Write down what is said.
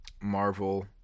Marvel